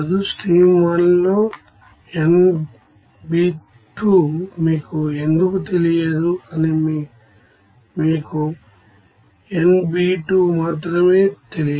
stream 1 లో nB1మీకు ఎందుకు తెలియదు అని మీకు nB1మాత్రమే తెలియదు